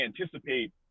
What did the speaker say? anticipate